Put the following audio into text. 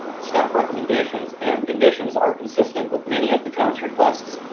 staff recommendations and conditions are consistent with many of the town's requests,